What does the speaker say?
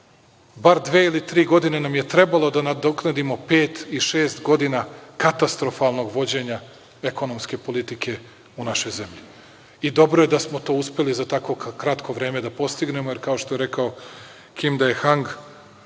bar dve ili tri godine nam je trebalo da nadoknadimo pet i šest godina katastrofalnog vođenja ekonomske politike u našoj zemlji. Dobro je da smo to uspeli za tako kratko vreme da postignemo, jer kao što je rekao Kim Dehang